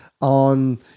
on